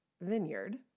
Vineyard